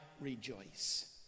rejoice